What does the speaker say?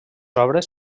obres